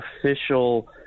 official